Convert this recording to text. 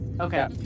okay